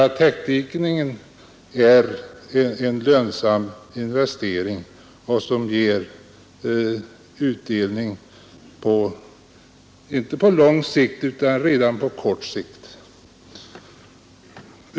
Täckdikning är en investering som ger utdelning redan på kort sikt.